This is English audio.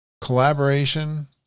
collaboration